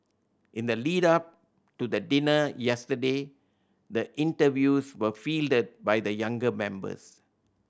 in the lead up to the dinner yesterday the interviews were fielded by the younger members